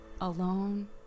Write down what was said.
alone